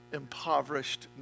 impoverished